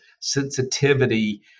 sensitivity